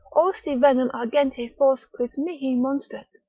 o si venam argenti fors quis mihi monstret.